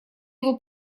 его